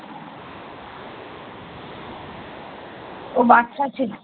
ও বাচ্চা ছেলে